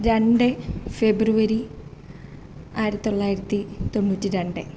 രണ്ട് ഫെബ്രുവരി ആയിരത്തി തൊള്ളായിരത്തി തൊണ്ണൂറ്റി രണ്ട്